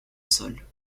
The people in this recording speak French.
sol